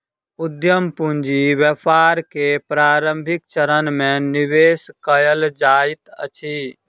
उद्यम पूंजी व्यापार के प्रारंभिक चरण में निवेश कयल जाइत अछि